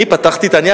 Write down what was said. אני פתחתי את הנייר,